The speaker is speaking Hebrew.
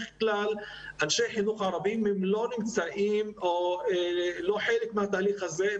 כלל אנשי חינוך ערבים לא נמצאים או לא חלק מהתהליך הזה,